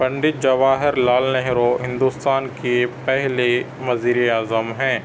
پنڈت جواہر لال نہرو ہندوستان کے پہلے وزیرِ اعظم ہیں